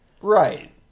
Right